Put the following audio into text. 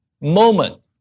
moment